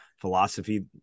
philosophy